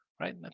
Right